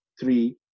three